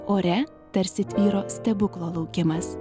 ore tarsi tvyro stebuklo laukimas